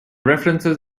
references